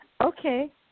Okay